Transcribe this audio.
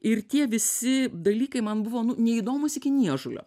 ir tie visi dalykai man buvo nu neįdomūs iki niežulio